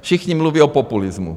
Všichni mluví o populismu.